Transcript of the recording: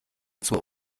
zur